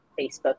Facebook